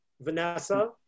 Vanessa